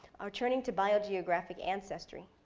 are turning to biogeographic ancestry.